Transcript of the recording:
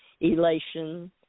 Elation